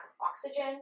oxygen